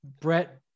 Brett